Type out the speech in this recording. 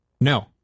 no